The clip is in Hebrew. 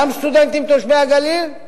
גם סטודנטים תושבי הגליל,